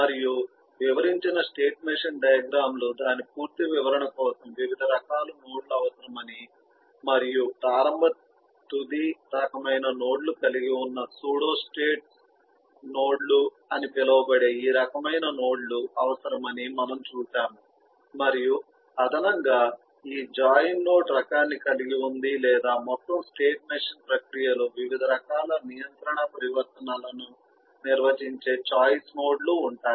మరియు వివరించిన state machine diagram లు దాని పూర్తి వివరణ కోసం వివిధ రకాల నోడ్లు అవసరమని మరియు ప్రారంభ తుది రకమైన నోడ్లు కలిగి ఉన్న సూడో స్టేట్ నోడ్స్ అని పిలువబడే ఈ రకమైన నోడ్లు అవసరమని మనము చూశాము మరియు అదనంగా ఈ జాయిన్ నోడ్ రకాన్ని కలిగి ఉంది లేదా మొత్తం స్టేట్ మెషిన్ ప్రక్రియలో వివిధ రకాల నియంత్రణ పరివర్తనలను నిర్వచించే ఛాయిస్ నోడ్లు ఉంటాయి